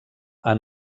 han